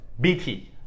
BT